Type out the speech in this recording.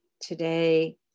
today